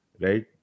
right